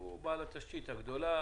הוא בעל התשתית הגדולה,